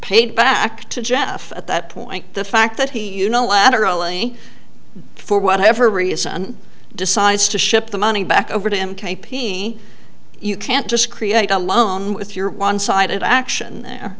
paid back to jeff at that point the fact that he unilaterally for whatever reason decides to ship the money back over to him k p you can't just create a loan with your one sided action